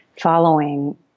following